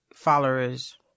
followers